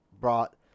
brought